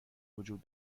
وجود